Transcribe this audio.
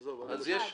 עזוב, אני מושך.